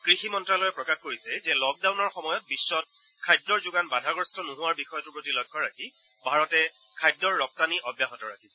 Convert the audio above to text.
কৃষি মন্ত্যালয়ে প্ৰকাশ কৰিছে যে লকডাউনৰ সময়ত বিশ্বত খাদ্যৰ যোগান বাধাগ্ৰস্ত নোহোৱাৰ বিষয়টোৰ প্ৰতি লক্ষ্য ৰাখি ভাৰতে খাদ্যৰ ৰপ্তানি অব্যাহত ৰাখিছে